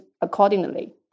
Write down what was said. accordingly